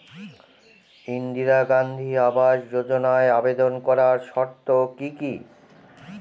ইন্দিরা গান্ধী আবাস যোজনায় আবেদন করার শর্ত কি কি?